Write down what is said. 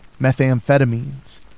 methamphetamines